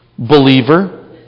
Believer